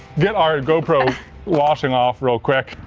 get our gopro washing off real quick,